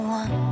one